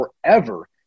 forever